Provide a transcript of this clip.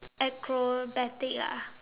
acrobatic ah